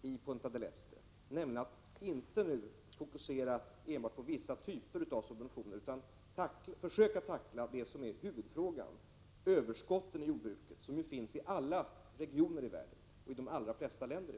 Vi skall nu inte fokusera uppmärksamheten enbart på vissa typer av subventioner, utan försöka tackla det som är huvudfrågan, nämligen överskotten av jordbruksprodukter, som finns i alla regioner i världen och i de allra flesta länder.